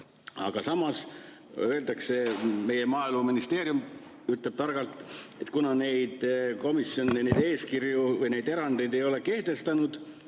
Samas öeldakse, meie Maaeluministeerium ütleb targalt, et kuna komisjon eeskirju või neid erandeid ei ole kehtestanud,